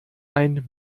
ein